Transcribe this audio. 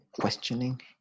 questioning